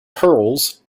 pearls